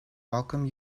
welcome